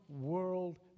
world